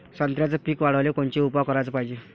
संत्र्याचं पीक वाढवाले कोनचे उपाव कराच पायजे?